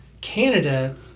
Canada